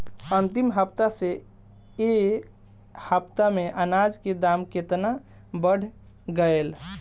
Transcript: अंतिम हफ्ता से ए हफ्ता मे अनाज के दाम केतना बढ़ गएल?